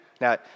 Now